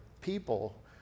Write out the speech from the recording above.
people